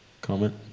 comment